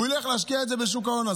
הוא ילך להשקיע את זה בשוק ההון.